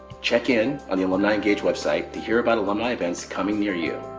check in on the alumni engage website to hear about alumni events coming near you,